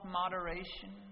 moderation